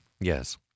Yes